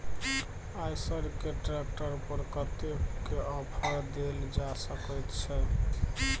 आयसर के ट्रैक्टर पर कतेक के ऑफर देल जा सकेत छै?